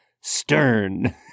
stern